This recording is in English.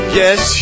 yes